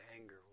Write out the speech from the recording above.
anger